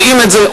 יודעים את זה,